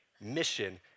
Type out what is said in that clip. mission